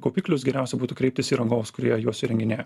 kaupiklius geriausia būtų kreiptis į rangovus kurie juos įrenginėja